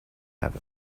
have